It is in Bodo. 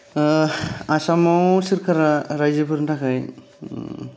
आसामाव सोरखारा राइजोफोरनि थाखाय